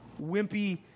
wimpy